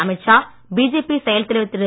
Amit Shah BJP செயல் தலைவர் திரு